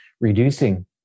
reducing